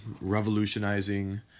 revolutionizing